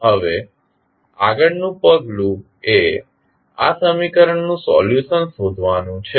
હવે આગળનું પગલું એ આ સમીકરણનું સોલ્યુશન શોધવાનું છે